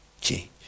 change